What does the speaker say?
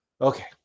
okay